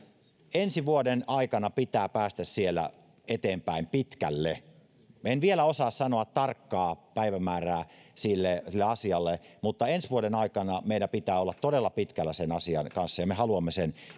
ensi vuoden aikana pitää päästä siinä eteenpäin pitkälle minä en vielä osaa sanoa tarkkaa päivämäärää sille sille asialle mutta ensi vuoden aikana meidän pitää olla todella pitkällä sen asian kanssa ja me haluamme sen